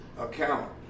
account